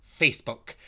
Facebook